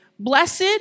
Blessed